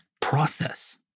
process